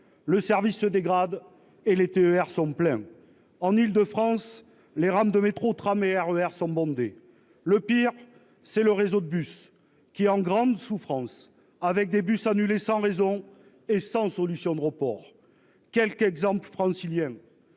le service se dégrade et les TER sont en Île-de-France, les rames de métro, tram et RER sont bondés, le pire c'est le réseau de bus qui en grande souffrance avec des bus annulé sans raison et sans solution de report quelques exemples francilienne